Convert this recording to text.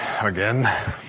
again